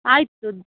ಆಯಿತು